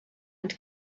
and